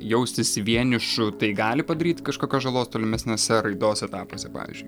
jaustis vienišu tai gali padaryt kažkokios žalos tolimesniuose raidos etapuose pavyzdžiui